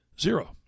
zero